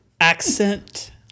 accent